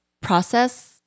process